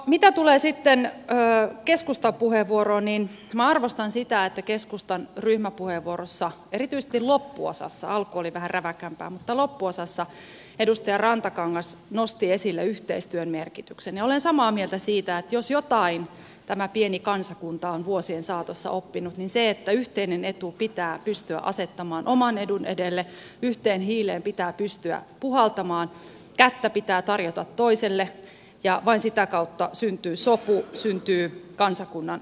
mitä tulee sitten keskustan puheenvuoroon niin minä arvostan sitä että keskustan ryhmäpuheenvuorossa erityisesti loppuosassa alku oli vähän räväkämpää edustaja rantakangas nosti esille yhteistyön merkityksen ja olen samaa mieltä siitä että jos jotain tämä pieni kansakunta on vuosien saatossa oppinut niin sen että yhteinen etu pitää pystyä asettamaan oman edun edelle yhteen hiileen pitää pystyä puhaltamaan kättä pitää tarjota toiselle ja vain sitä kautta syntyy sopu syntyy kansakunnan etu